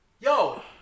yo